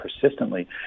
persistently